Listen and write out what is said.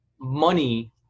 money